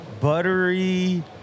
buttery